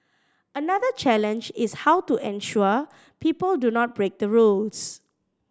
another challenge is how to ensure people do not break the rules